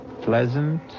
pleasant